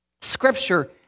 Scripture